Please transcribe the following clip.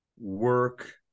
work